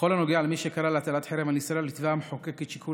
בכל הנוגע למי שקרא להטלת חרם על ישראל התווה המחוקק את שיקול